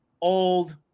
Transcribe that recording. old